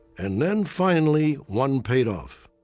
and then, finally, one paid off.